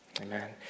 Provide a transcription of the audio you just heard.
Amen